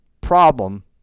problem